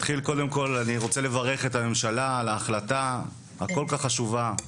קודם כל אני רוצה לברך את הממשלה על ההחלטה הכל כך חשובה,